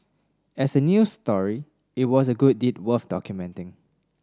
as a news story it was a good deed worth documenting